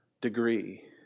degree